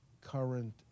current